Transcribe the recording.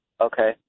Okay